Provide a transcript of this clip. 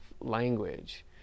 language